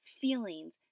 feelings